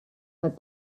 but